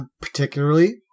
particularly